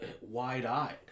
wide-eyed